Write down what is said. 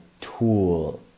tool